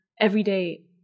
everyday